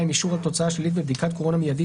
אישור על תוצאה שלילית בבדיקת קורונה מיידית